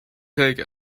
take